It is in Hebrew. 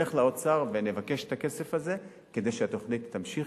נלך לאוצר ונבקש את הכסף הזה כדי שהתוכנית תמשיך,